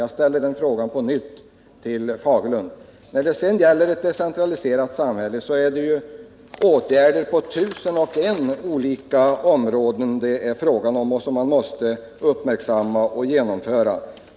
Jag ställer frågan på nytt, nu till Bengt Fagerlund. När det gäller ett decentraliserat samhälle, så är det ju åtgärder på tusen och ett olika områden det är fråga om och som man måste uppmärksamma och genomföra.